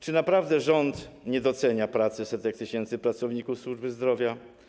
Czy naprawdę rząd nie docenia pracy setek tysięcy pracowników służby zdrowia?